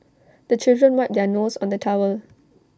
the children wipe their nose on the towel